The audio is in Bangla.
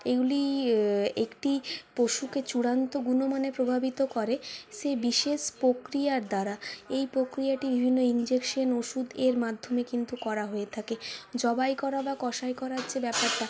এগুলি একটি পশুকে চূড়ান্ত গুণমানে প্রভাবিত করে সেই বিশেষ প্রক্রিয়ার দ্বারা এই প্রক্রিয়াটি বিভিন্ন ইনজেকশন ওষুধ এর মাধ্যমে কিন্তু করা হয়ে থাকে জবাই করা বা কসাই করার যে ব্যাপারটা